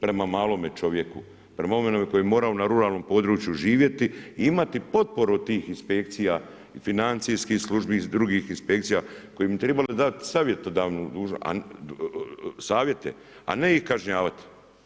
Prema malome čovjeku, prema onome koji mora na ruralnom području živjeti, imati potporu od tih inspekcija i financijskih službi iz drugih inspekcija, koja bi trebale dat savjetodavnu dužnost, savjete, a ne ih kažnjavati.